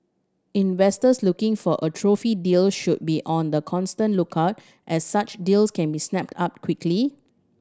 investors looking for a trophy deals should be on the constant lookout as such deals can be snapped up quickly